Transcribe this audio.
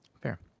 fair